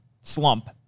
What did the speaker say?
slump